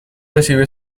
recibe